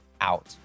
out